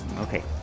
Okay